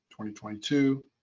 2022